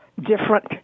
different